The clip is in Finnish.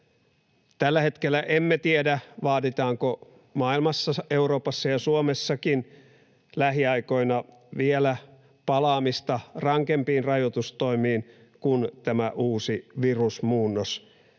Tällä hetkellä emme tiedä, vaaditaanko maailmassa, Euroopassa ja Suomessakin lähiaikoina vielä palaamista rankempiin rajoitustoimiin, kun tämä uusi virusmuunnos